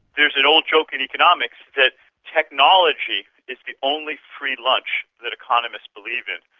there's an old joke in economics that technology is the only free lunch that economists believe in.